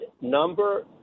number